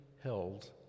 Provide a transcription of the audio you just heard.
held